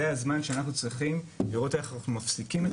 זה הזמן שאנחנו צריכים לראות איך אנחנו מפסיקים את